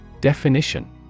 Definition